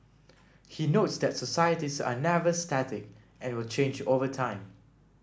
he notes that societies are never static and will change over time